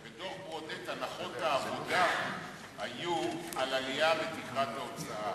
בדוח-ברודט הנחות העבודה היו על עלייה בתקרת ההוצאה,